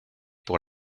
pour